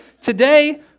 today